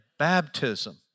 baptism